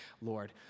Lord